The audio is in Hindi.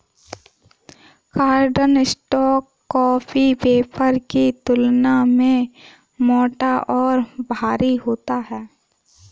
कार्डस्टॉक कॉपी पेपर की तुलना में मोटा और भारी होता है